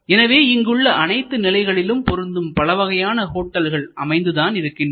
எனவே இங்கு உள்ள அனைத்து நிலைகளிலும் பொருந்தும் பலவகையான ஹோட்டல்கள் அமைந்துதான் இருக்கின்றன